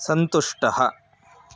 सन्तुष्टः